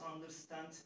understand